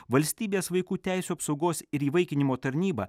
valstybės vaikų teisių apsaugos ir įvaikinimo tarnyba